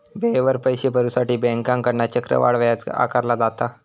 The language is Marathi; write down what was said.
वेळेवर पैशे भरुसाठी बँकेकडना चक्रवाढ व्याज आकारला जाता